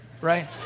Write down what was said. right